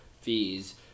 fees